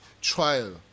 trial